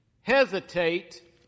Hesitate